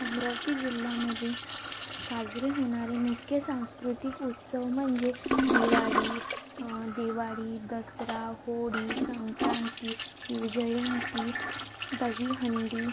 अमरावती जिल्ह्यामध्ये साजरे होणारे मुख्य सांस्कृतिक उत्सव म्हणजे दिवाळी दिवाळी दसरा होळी संक्रांती शिवजयंती दहीहंडी